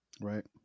right